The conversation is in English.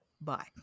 bye